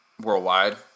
worldwide